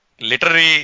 literary